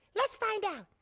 let's find out.